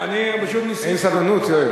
אין סבלנות, יואל?